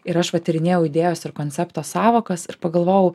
ir aš patyrinėjau idėjos ir koncepto sąvokas ir pagalvojau